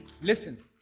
Listen